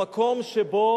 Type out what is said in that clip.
המקום שבו,